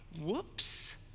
Whoops